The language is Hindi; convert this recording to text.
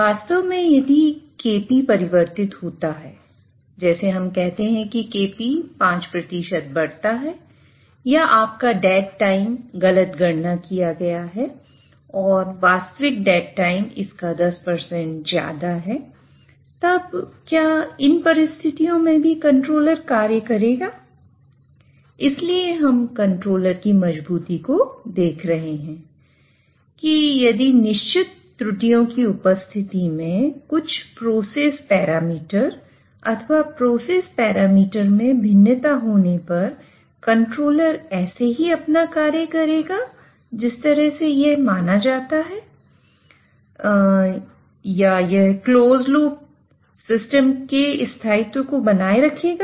वास्तव में यदि Kp परिवर्तित होता है जैसे हम कहते हैं कि Kp 5 बढ़ता है या आपका डेड टाइम का स्थायित्व बनाए रखेगा